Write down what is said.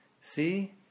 See